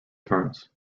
terms